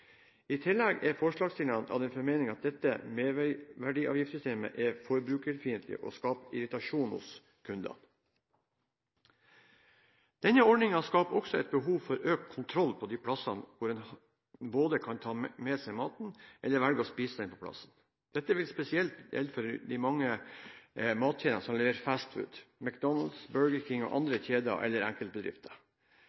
I tillegg er forslagsstillerne av den formening at dette merverdiavgiftssystemet er forbrukerfiendtlig og skaper irritasjon hos kunder. Denne ordningen skaper også et behov for økt kontroll på de stedene hvor en både kan ta med seg maten eller velge å spise den på stedet. Dette vil spesielt gjelde for de mange matkjedene som leverer «fast food» – McDonald’s, Burger King og